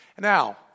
Now